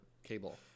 cable